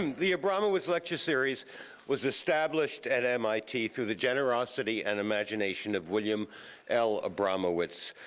and the abramowitz lecture series was established at mit through the generosity and imagination of william l. abramowitz,